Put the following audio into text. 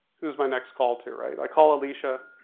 who's my next call to, right? i call alicia.